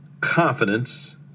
confidence